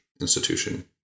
institution